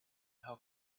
how